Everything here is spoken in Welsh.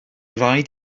rhaid